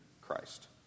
Christ